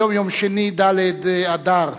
היום יום שני, ד' באדר,